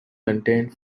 contained